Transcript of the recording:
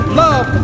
love